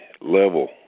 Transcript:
level